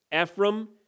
Ephraim